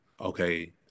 okay